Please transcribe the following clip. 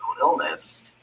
illness